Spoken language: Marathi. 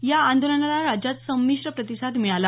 या आंदोलनाला राज्यात संमिश्र प्रतिसाद मिळाला